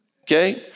Okay